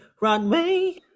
runway